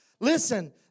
Listen